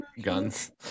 guns